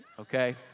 Okay